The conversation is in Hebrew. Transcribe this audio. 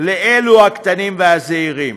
לקטנים והזעירים.